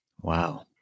Wow